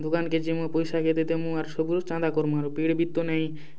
ଦୁକାନ୍କେ ଯିମୁ ପଇସା କେତେ ଦେମୁ ଆର୍ ସବୁ ଲୋକ୍ ଚାନ୍ଦା କର୍ମୁ ଆରୁ ବେଟ୍ ବି ତ ନାଇଁ